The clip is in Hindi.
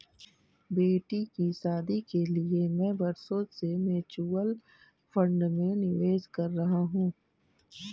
बेटी की शादी के लिए मैं बरसों से म्यूचुअल फंड में निवेश कर रहा हूं